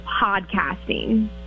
podcasting